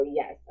yes